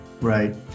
Right